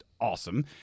awesome